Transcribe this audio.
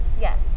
yes